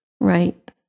Right